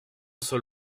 seul